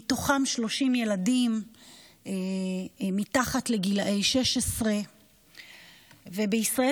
מתוכם 30 ילדים מתחת לגיל 16. בישראל